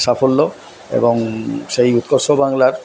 সাফল্য এবং সেই উৎকর্ষ বাংলার